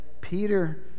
Peter